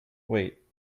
wait